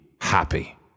happy